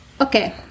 Okay